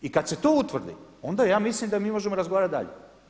I kad se to utvrdi onda ja mislim da mi možemo razgovarati dalje.